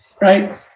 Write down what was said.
right